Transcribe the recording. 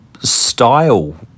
style